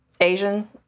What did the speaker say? Asian